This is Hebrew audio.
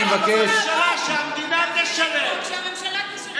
אני מבקש לאפשר לחבר הכנסת פורר להשלים את דבריו.